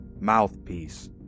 mouthpiece